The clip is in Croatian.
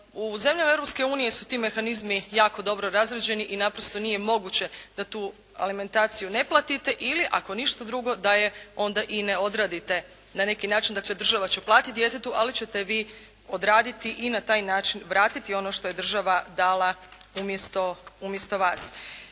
unije su ti mehanizmi jako dobro razrađeni i naprosto nije moguće da tu alimentaciju ne platite ili ako ništa drugo da je onda i ne odradite, na neki način dakle države će platiti djetetu, ali ćete vi odraditi i na taj način vratiti ono što je država dala umjesto vas.